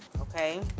Okay